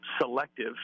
selective